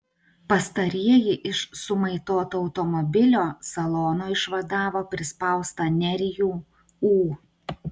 pastarieji iš sumaitoto automobilio salono išvadavo prispaustą nerijų ū